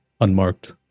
unmarked